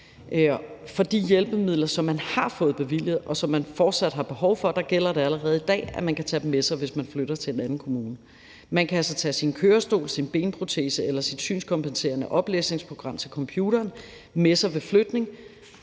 For de hjælpemidler, som man har fået bevilget, og som man fortsat har behov for, gælder det allerede i dag, at man kan tage dem med sig, hvis man flytter til en anden kommune. Man kan altså tage sin kørestol, sin benprotese eller sit synskompenserende oplæsningsprogram til computeren med sig ved flytning,